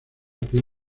piel